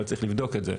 אבל צריך לבדוק את זה.